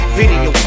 Video